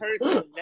person